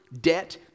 debt